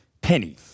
Penny